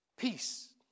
peace